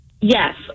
Yes